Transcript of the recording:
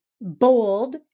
bold